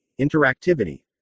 Interactivity